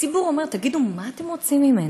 הציבור אומר: תגידו, מה אתם רוצים ממני?